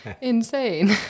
insane